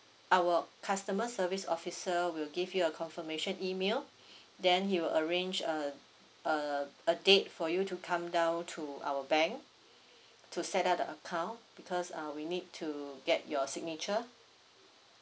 our customer service officer will give you a confirmation email then he will arrange a a a date for you to come down to our bank to set up the account because uh we need to get your signature